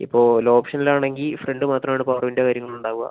ഇപ്പോൾ ലോ ഓപ്ഷനിൽ ആണെങ്കിൽ ഫ്രണ്ട് മാത്രം ആണ് പവർ വിൻഡോ കാര്യങ്ങളും ഉണ്ടാവുക